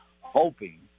hoping